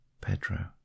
Pedro